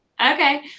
Okay